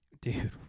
Dude